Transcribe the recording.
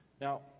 Now